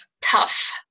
tough